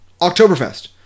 Oktoberfest